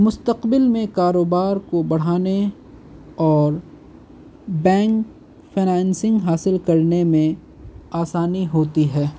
مستقبل میں کاروبار کو بڑھانے اور بینک فنانسنگ حاصل کرنے میں آسانی ہوتی ہے